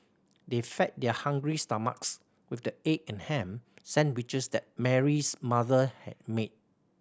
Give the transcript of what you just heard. they fed their hungry stomachs with the egg and ham sandwiches that Mary's mother had made